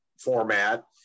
format